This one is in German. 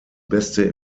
beste